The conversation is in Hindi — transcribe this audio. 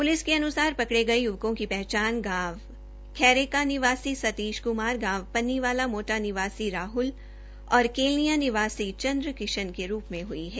प्लिस के अन्सार पकड़े गये य्वकों की पहचान गांव खैरेका निवासी सतीश क्मार गांव पन्नी वाला मोटा निवासी राह्ल और केलनिया निवासी चन्द्र किशन के रूप में हुई है